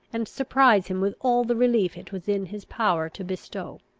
and surprise him with all the relief it was in his power to bestow.